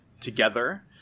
together